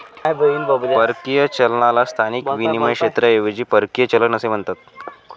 परकीय चलनाला स्थानिक विनिमय क्षेत्राऐवजी परकीय चलन असे म्हणतात